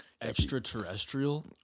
extraterrestrial